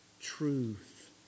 truth